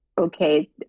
Okay